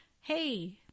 hey